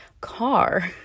car